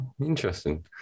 Interesting